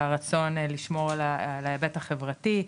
לרצון לשמור על ההיבט החברתי,